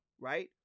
right